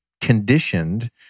conditioned